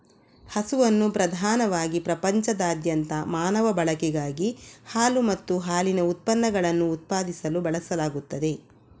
ಹಸುವನ್ನು ಪ್ರಧಾನವಾಗಿ ಪ್ರಪಂಚದಾದ್ಯಂತ ಮಾನವ ಬಳಕೆಗಾಗಿ ಹಾಲು ಮತ್ತು ಹಾಲಿನ ಉತ್ಪನ್ನಗಳನ್ನು ಉತ್ಪಾದಿಸಲು ಬಳಸಲಾಗುತ್ತದೆ